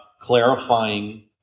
clarifying